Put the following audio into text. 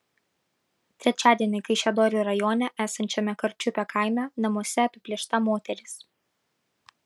trečiadienį kaišiadorių rajone esančiame karčiupio kaime namuose apiplėšta moteris